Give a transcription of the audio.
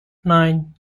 nine